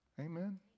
Amen